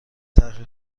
تأخیر